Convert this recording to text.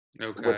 Okay